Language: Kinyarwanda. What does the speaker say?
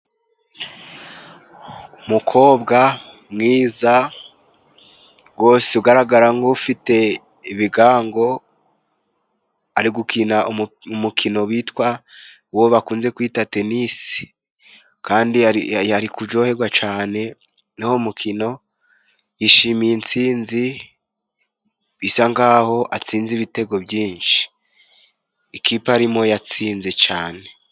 Umukobwa mwiza rwose ugaragara nkufite ibigango ari gukina umukino witwa uwo bakunze kwita tenisi kandi ari kujohegwa cane nuwo mukino yishimiye intsinzi bisa nkaho atsinze ibitego byinshi ikipe arimo yatsinze cane.